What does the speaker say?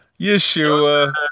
Yeshua